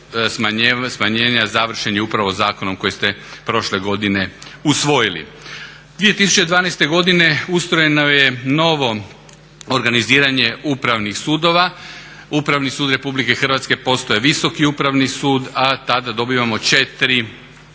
smanjenja završen je upravo zakonom koji ste prošle godine usvojili. 2012. godine ustrojeno je novo organiziranje upravnih sudova. Upravni sud Republike Hrvatske postao je Visoki upravni sud, a tada dobivamo četiri